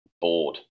bored